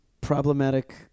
problematic